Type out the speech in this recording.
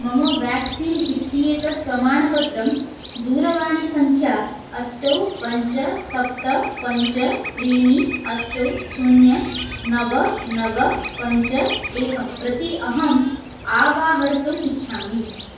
मम व्याक्सीन् इत्येतत् प्रमाणपत्रं दूरवाणीसङ्ख्या अष्टौ पञ्च सप्त पञ्च त्रीणि अष्टौ शून्यं नव नव पञ्च एकं प्रति अहम् अवाहर्तुम् इच्छामि